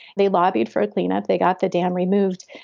they lobbied for a cleanup. they got the dam removed.